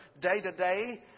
day-to-day